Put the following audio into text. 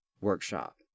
workshop